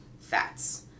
fats